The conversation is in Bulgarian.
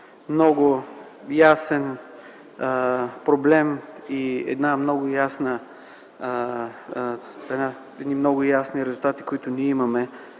много ясен проблем, много ясни резултати, които имаме